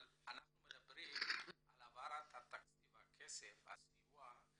אבל אנחנו מדברים על העברת התקציב, הכסף, הסיוע,